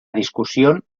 discusión